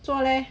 做 leh